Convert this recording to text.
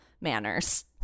manners